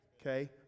okay